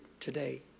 today